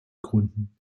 gründen